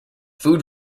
food